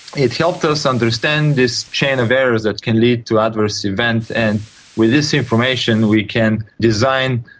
it helped us understand this chain of errors that can lead to adverse events, and with this information we can design